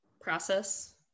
process